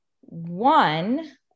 one